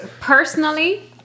Personally